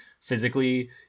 physically